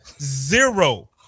zero